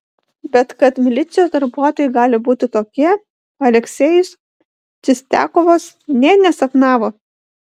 bet kad milicijos darbuotojai gali būti tokie aleksejus čistiakovas nė nesapnavo